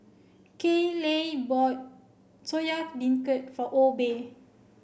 Kayley bought Soya Beancurd for Obe